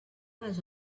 les